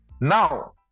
Now